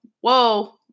Whoa